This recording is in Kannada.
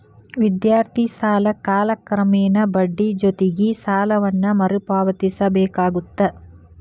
ವಿದ್ಯಾರ್ಥಿ ಸಾಲ ಕಾಲಕ್ರಮೇಣ ಬಡ್ಡಿ ಜೊತಿಗಿ ಸಾಲವನ್ನ ಮರುಪಾವತಿಸಬೇಕಾಗತ್ತ